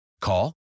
Call